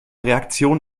reaktion